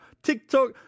TikTok